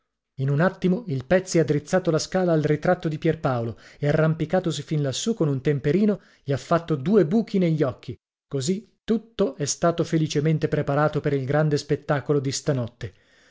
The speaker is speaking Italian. in un attimo il pezzi ha drizzato la scala al ritratto di pierpaolo e arrampicatosi fin lassù con un temperino gli ha fatto due buchi negli occhi cosi tutto è stato felicemente preparato per il grande spettacolo di stanotte